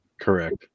correct